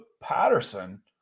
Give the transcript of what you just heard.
Patterson